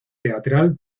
teatral